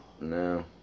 no